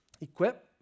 equip